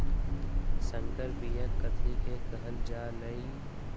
संकर बिया कथि के कहल जा लई?